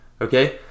okay